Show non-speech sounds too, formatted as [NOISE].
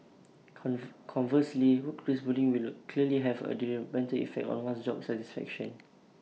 [UNINTELLIGIBLE] conversely workplace bullying will clearly have A detrimental effect on one's job satisfaction